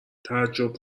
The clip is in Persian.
تعجب